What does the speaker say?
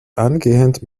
eingehend